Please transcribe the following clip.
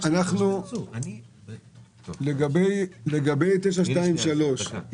תוכנית 923,